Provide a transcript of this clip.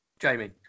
Jamie